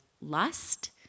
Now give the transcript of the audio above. lust